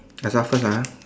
I start first ah